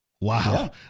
Wow